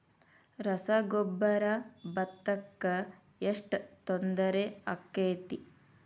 ರಸಗೊಬ್ಬರ, ಭತ್ತಕ್ಕ ಎಷ್ಟ ತೊಂದರೆ ಆಕ್ಕೆತಿ?